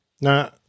now